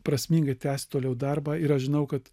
prasminga tęst toliau darbą ir aš žinau kad